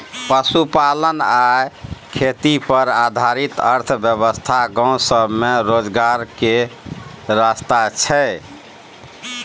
पशुपालन आ खेती पर आधारित अर्थव्यवस्था गाँव सब में रोजगार के रास्ता छइ